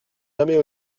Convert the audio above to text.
jamais